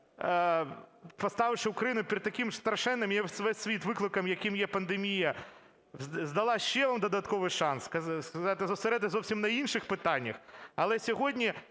поставивши Україну перед таким страшенним, і весь світ, викликом, яким є пандемія, дала ще вам додатковий шанс, зосередитись зовсім на інших питаннях. Але сьогодні